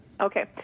Okay